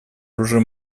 оружия